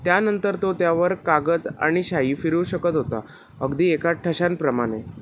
त्यानंतर तो त्यावर कागद आणि शाई फिरवू शकत होता अगदी एका ठशांप्रमाणे